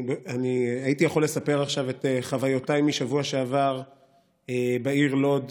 הייתי יכול לספר עכשיו את חוויותיי משבוע שעבר בעיר לוד,